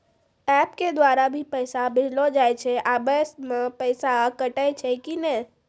App के द्वारा भी पैसा भेजलो जाय छै आबै मे पैसा कटैय छै कि नैय?